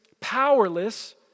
powerless